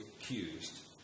accused